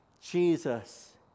Jesus